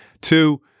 Two